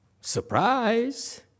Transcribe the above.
Surprise